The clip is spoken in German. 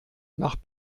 nach